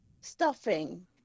stuffing